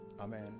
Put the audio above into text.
Amen